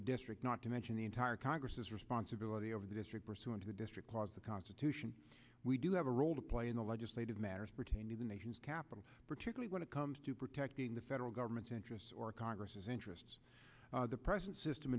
the district not to mention the entire congress's responsibility over the district pursuant to district was the constitution we do have a role to play in the legislative matters pertaining to the nation's capital particularly when it comes to protecting the federal government's interests or congress interests the present system